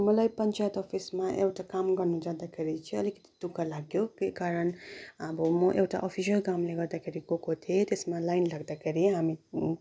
मलाई पञ्चयात अफिसमा एउटा काम गर्नु जाँदाखेरि चाहिँ अलिकति दु ख लाग्यो केही कारण अब म एउटा अफिसियल कामले गर्दाखेरि गएको थिएँ त्यसमा लाइन लाग्दाखेरि हामी